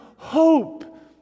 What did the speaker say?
Hope